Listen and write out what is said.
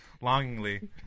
longingly